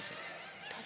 קצת.